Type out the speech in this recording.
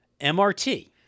mrt